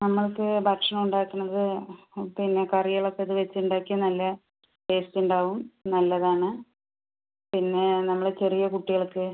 നമ്മൾക്ക് ഭക്ഷണം ഉണ്ടാക്കണത് പിന്ന കറികൾ ഒക്കെ ഇത് വെച്ച് ഉണ്ടാക്കിയാൽ നല്ല ടേസ്റ്റ് ഉണ്ടാവും നല്ലതാണ് പിന്നെ നമ്മള് ചെറിയ കുട്ടികൾക്ക്